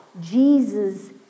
Jesus